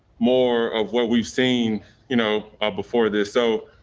more of what we've seen you know ah before this so.